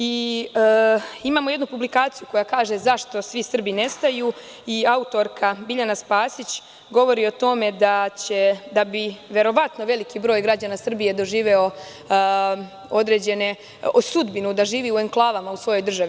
Imamo jednu publikaciju koja kaže – zašto svi Srbi nestaju i autorka Biljana Spasić govori o tome da bi verovatno veliki broj građana Srbije doživeo sudbinu da živi u enklavama u svojoj državi.